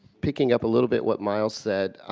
picking up a little bit what myles said